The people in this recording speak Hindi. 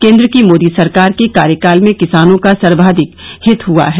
केन्द्र की मोदी सरकार के कार्यकाल में किसानों का सर्वाधिक हित हुआ है